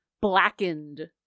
blackened